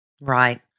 Right